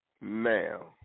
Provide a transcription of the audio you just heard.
Now